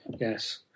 yes